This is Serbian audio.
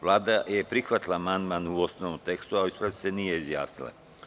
Vlada je prihvatila amandman u osnovnom tekstu, a o ispravci se nije izjasnila.